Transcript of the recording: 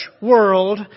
world